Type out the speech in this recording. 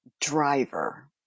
driver